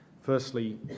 Firstly